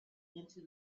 into